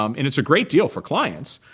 um and it's a great deal for clients,